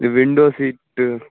window seat